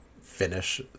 finish